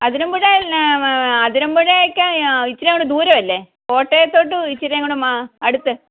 അതിരമ്പുഴ അതിരമ്പുഴയൊക്കെ ഇച്ചിരിങ്ങോട്ട് ദൂരമല്ലേ കോട്ടയത്തോട്ട് ഇച്ചിരിയങ്ങോട്ട് മാ അടുത്ത്